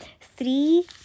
Three